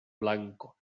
blanco